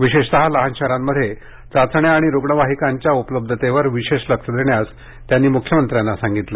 विशेषतः लहान शहरांमध्ये चाचण्या आणि रुग्णवाहिकांच्या उपलब्धतेवर विशेष लक्ष देण्यास त्यांनी मुख्यमंत्र्यांना सांगितले